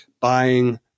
buying